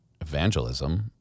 evangelism